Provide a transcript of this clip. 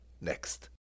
next